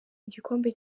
igikombe